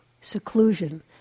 seclusion